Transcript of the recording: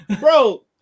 Bro